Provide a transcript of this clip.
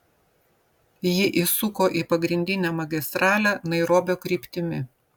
ji įsuko į pagrindinę magistralę nairobio kryptimi